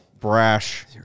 brash